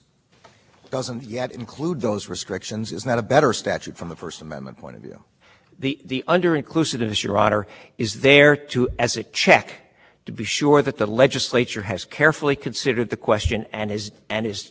considered the question and is and is not doing things inadvertently to be sure that the asserted purpose is actually being carried out and i ask you one hundred one case that wasn't mentioned a lot in the briefing but seems that seems to bear on it as